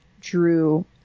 Drew